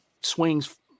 swings